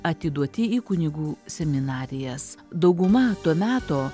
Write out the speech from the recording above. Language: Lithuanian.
atiduoti į kunigų seminarijas dauguma to meto